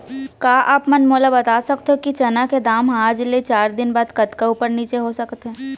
का आप मन मोला बता सकथव कि चना के दाम हा आज ले चार दिन बाद कतका ऊपर नीचे हो सकथे?